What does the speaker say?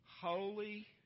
holy